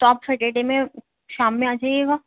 تو آپ سٹرڈے میں شام میں آ جائیے گا